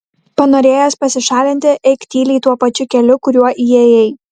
panorėjęs pasišalinti eik tyliai tuo pačiu keliu kuriuo įėjai